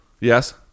Yes